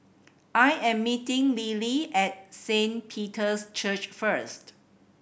I am meeting Lillie at Saint Peter's Church first